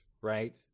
right